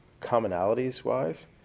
commonalities-wise